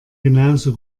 genauso